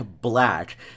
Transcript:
Black